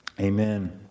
amen